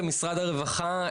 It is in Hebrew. כמשרד הרווחה,